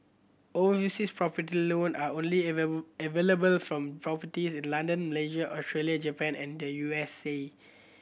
over uses profit loan are only available from properties in London Malaysia Australia Japan and the U S A